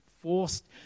forced